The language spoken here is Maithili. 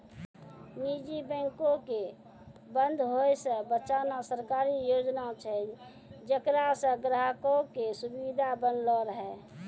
निजी बैंको के बंद होय से बचाना सरकारी योजना छै जेकरा से ग्राहको के सुविधा बनलो रहै